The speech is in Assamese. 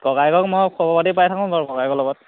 ককায়েকক মই খবৰ পাতি পাই থাকোঁ বাৰু ককায়েকৰ লগত